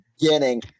beginning